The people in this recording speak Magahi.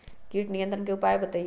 किट नियंत्रण के उपाय बतइयो?